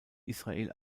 israel